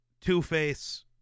Two-Face